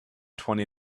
twenty